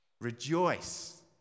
Rejoice